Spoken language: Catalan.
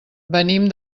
venim